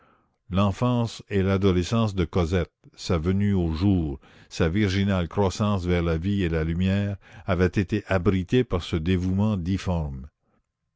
l'enfance et l'adolescence de cosette sa venue au jour sa virginale croissance vers la vie et la lumière avaient été abritées par ce dévouement difforme